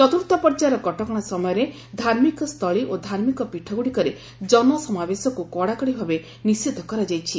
ଚତ୍ର୍ଥ ପର୍ଯ୍ୟାୟର କଟକଣା ସମୟରେ ଧାର୍ମିକସ୍ଥଳୀ ଓ ଧାର୍ମିକ ପିଠଗୁଡ଼ିକରେ ଜନସମାବେଶକୁ କଡ଼ାକଡ଼ି ଭାବେ ନିଷେଧ କରାଯାଇଛି